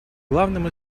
главным